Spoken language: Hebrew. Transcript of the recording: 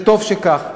וטוב שכך.